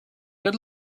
good